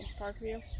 Parkview